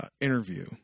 interview